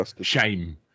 Shame